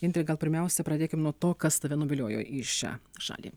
indre gal pirmiausia pradėkim nuo to kas tave nuviliojo į šią šalį